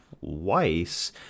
twice